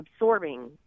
absorbing